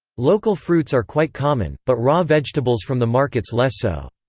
local fruits are quite common, but raw vegetables from the markets less so.